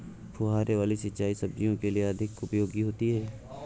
फुहारे वाली सिंचाई सब्जियों के लिए अधिक उपयोगी होती है?